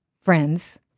friends